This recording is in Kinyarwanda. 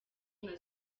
nka